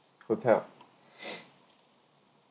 hotel